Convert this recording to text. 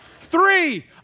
Three